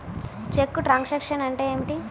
చెక్కు truncation అంటే ఏమిటి?